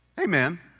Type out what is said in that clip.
Amen